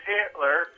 Hitler